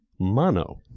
mono